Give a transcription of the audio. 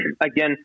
again